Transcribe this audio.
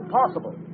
possible